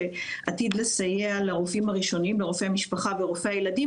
שעתיד לסייע לרופאים הראשונים לרופא משפחה ורופא ילדים